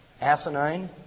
Asinine